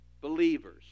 believers